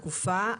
התקופה,